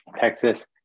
Texas